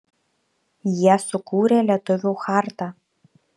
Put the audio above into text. jie sukūrė lietuvių chartą